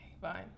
fine